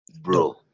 bro